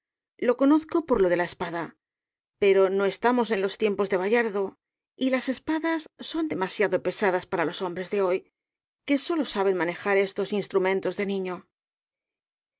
lo conozco por lo de la espada pero no estamos en los tiempos de bayardo y las espadas son demasiado pesadas para los hombres de hoy que sólo saben manejar estos instrumentos de niño